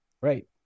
Right